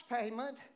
payment